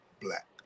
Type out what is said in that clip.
black